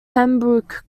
pembroke